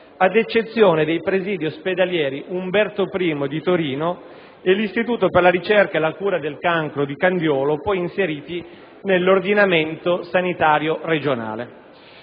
ad eccezione dei presidi ospedalieri Umberto I di Torino e Istituto per la ricerca e la cura del cancro (IRCC) di Candiolo (Torino), poi inseriti nell'ordinamento sanitario regionale.